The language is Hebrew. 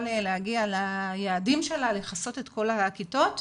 להגיע ליעדים שלה לכסות את כל הכיתות,